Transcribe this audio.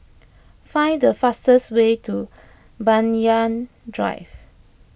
find the fastest way to Banyan Drive